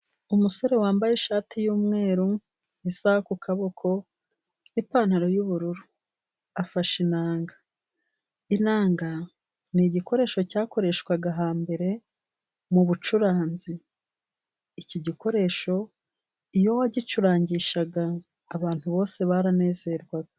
Umusore wambaye ishati y'umweru, isaha ku kaboko n'ipantaro y'ubururu , afashe inanga. Inanga ni igikoresho cyakoreshwaga hambere mu bucuranzi . Iki gikoresho iyo wagicurangishaga abantu bose baranezerwaga.